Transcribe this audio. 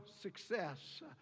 success